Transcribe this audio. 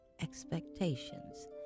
expectations